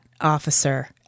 Officer